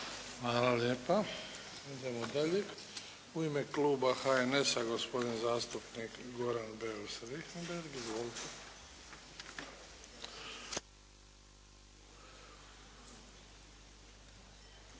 Hvala lijepo. Idemo dalje. U ime kluba HNS-a, gospodin zastupnik Goran Beus Richembergh. Izvolite. **Beus